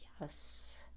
Yes